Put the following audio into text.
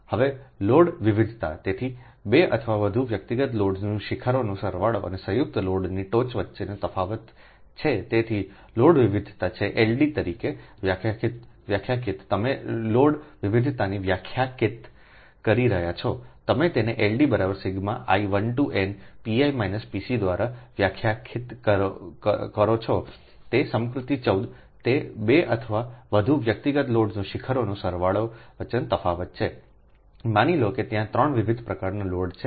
હવે લોડ વિવિધતાતેથી તે 2 અથવા વધુ વ્યક્તિગત લોડ્સના શિખરોનો સરવાળો અને સંયુક્ત લોડની ટોચ વચ્ચેનો તફાવત છે તેથી લોડ વિવિધતા છે LD તરીકે વ્યાખ્યાયિત તમે લોડ વિવિધતાને વ્યાખ્યાયિત કરી રહ્યા છો તમે તેનેLD i1nPi Pcદ્વારા વ્યાખ્યાયિત કરો છો આ છે સમકૃતિ 14 તે 2 અથવા વધુ વ્યક્તિગત લોડ્સના શિખરોના સરવાળા વચ્ચેનો તફાવત છે માની લો કે ત્યાં 3 વિવિધ પ્રકારનાં લોડ છે